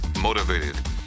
motivated